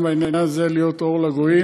גם בעניין הזה להיות אור לגויים,